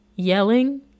Yelling